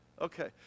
Okay